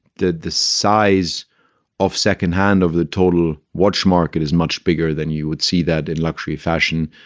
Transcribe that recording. the the size of second hand of the total watch market is much bigger than you would see that in luxury fashion,